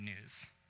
news